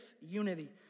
unity